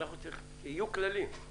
יהיו כללים.